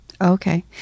Okay